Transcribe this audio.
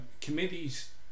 committees